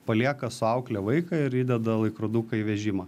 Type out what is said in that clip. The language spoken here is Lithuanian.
palieka su aukle vaiką ir įdeda laikroduką į vežimą